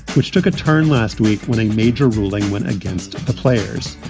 which took a turn last week when a major ruling went against the players.